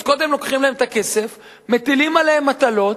אז קודם לוקחים להם את הכסף, מטילים עליהם מטלות,